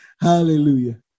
Hallelujah